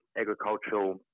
agricultural